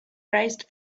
raised